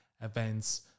events